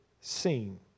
seen